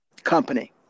company